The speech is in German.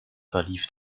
verlief